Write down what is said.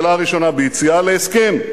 ובכן, השאלה הראשונה ביציאה להסכם: